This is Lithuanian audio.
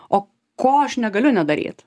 o ko aš negaliu nedaryt